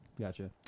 Gotcha